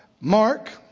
Mark